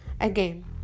again